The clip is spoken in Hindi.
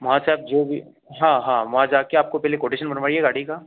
वहाँ से आप जो भी हाँ हाँ वहाँ जा कर आपको पहले कोटेशन बनवाइए गाड़ी का